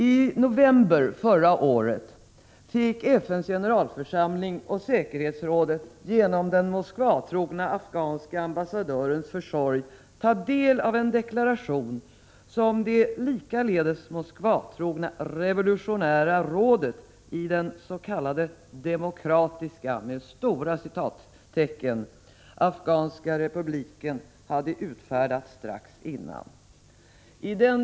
I november förra året fick FN:s generalförsamling och säkerhetsrådet genom den Moskvatrogna afghanske ambassadörens försorg ta del av en deklaration som det likaledes Moskvatrogna revolutionära rådet i den ”demokratiska” afghanska republiken utfärdat strax innan.